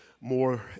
more